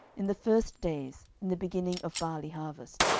in the first days, in the beginning of barley harvest.